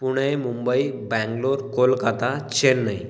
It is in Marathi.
पुणे मुंबई बँगलोर कोलकाता चेन्नई